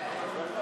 די.